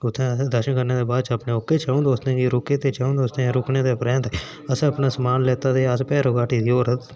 उत्थै असें दर्शन करने दे बाद ओह्के अपने च'ऊं दोस्तें गी रोकेआ ते च'ऊं दोस्तें गी रोकने दे परैंत अपना समान लैता ते अस भैरो घाटी होर रवाना होई गे